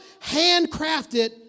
Handcrafted